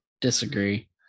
disagree